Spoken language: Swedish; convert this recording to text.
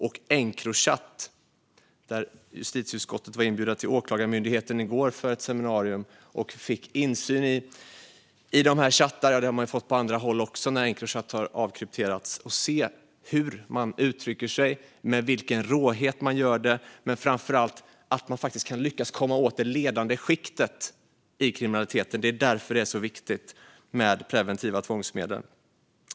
I går var justitieutskottet inbjudet till Åklagarmyndigheten för ett seminarium om Encrochat. Där fick vi insyn i chattarna - det har man ju fått på andra håll också när Encrochat har avkrypterats - och se hur de kriminella uttrycker sig och med vilken råhet de gör det. Men framför allt fick vi se att man faktiskt kan lyckas komma åt det ledande skiktet i kriminaliteten. Det är därför det är så viktigt med preventiva tvångsmedel.